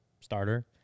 starter